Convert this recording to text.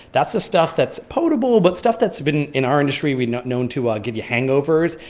that's the stuff that's potable but stuff that's been in our industry, we known known to ah give you hangovers,